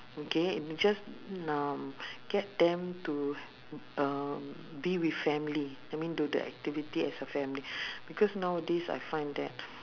okay just um get them to uh be with family I mean do the activity as a family because nowadays I find that